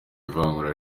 ivangura